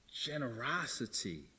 generosity